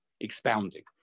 expounding